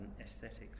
aesthetics